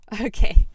Okay